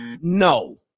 No